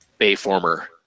Bayformer